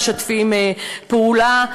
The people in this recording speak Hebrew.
משתפים פעולה.